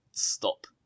stop